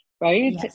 right